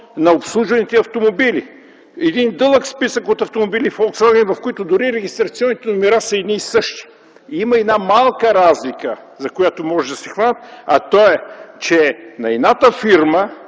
на обслужваните автомобили - един дълъг списък от автомобили „Фолксваген”, в които дори регистрационните номера са едни и същи. И има една малка разлика, за която може да се хванат, а то е, че на едната фирма,